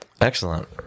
Excellent